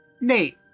Nate